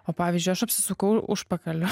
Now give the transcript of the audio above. o pavyzdžiui aš apsisukau užpakaliu